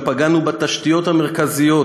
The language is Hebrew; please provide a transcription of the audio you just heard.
גם פגענו בתשתיות המרכזיות